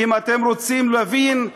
אם אתם רוצים להבין,